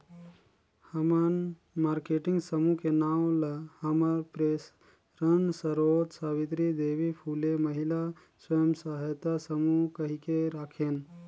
हमन मारकेटिंग समूह के नांव ल हमर प्रेरन सरोत सावित्री देवी फूले महिला स्व सहायता समूह कहिके राखेन